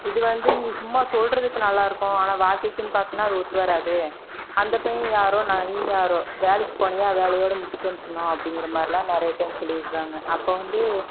இது வந்து நீ சும்மா சொல்றதுக்கு நல்லாயிருக்கும் ஆனால் வாழ்க்கைக்குன்னு பார்த்தின்னா அது ஒத்து வராது அந்த பையன் யாரோ நான் நீ யாரோ வேலைக்கு போனியா வேலையோடுமுடிச்சிட்டு வந்துடணும் அப்படிங்கிறமாரில்லாம் நிறைய டைம் சொல்லியிருக்குறாங்க அப்போது வந்து